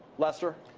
lester?